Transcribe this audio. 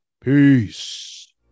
Peace